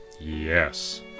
yes